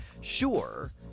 sure